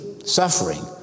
suffering